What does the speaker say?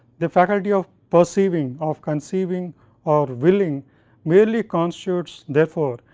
the faculty of perceiving of conceiving or willing merely constitutes therefore,